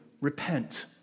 Repent